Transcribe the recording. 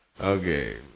Okay